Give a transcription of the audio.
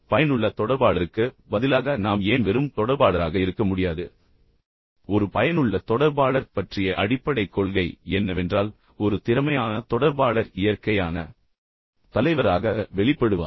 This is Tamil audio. பயனுள்ள தொடர்பாளருக்கு பதிலாக நாம் ஏன் வெறும் தொடர்பாளராக இருக்க முடியாது ஒரு பயனுள்ள தொடர்பாளர் பற்றிய அடிப்படைக் கொள்கை என்னவென்றால் ஒரு திறமையான தொடர்பாளர் இயற்கையான தலைவராக வெளிப்படுவார்